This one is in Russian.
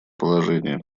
положения